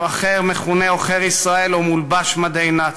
מכונה עוכר ישראל או מולבש מדי נאצי.